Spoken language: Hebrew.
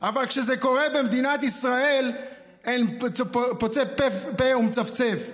אבל כשזה קורה במדינת ישראל אין פוצה פה ומצפצף,